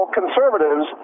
conservatives